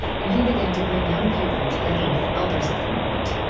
and he began to bring young people together with elders of the movement.